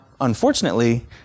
unfortunately